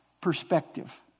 perspective